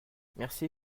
merci